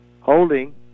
Holding